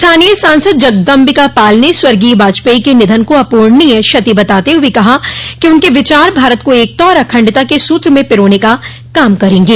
स्थानीय सांसद जगदम्बिका पाल ने स्वर्गीय वाजपेई के निधन को अपूरणनीय क्षति बताते हुए कहा कि उनके विचार भारत को एकता और अखण्डता के सूत्र में पिरोने का काम करेंगे